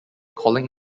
calling